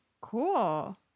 Cool